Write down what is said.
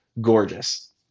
gorgeous